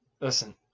Listen